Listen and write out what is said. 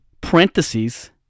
parentheses